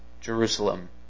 Jerusalem